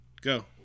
Go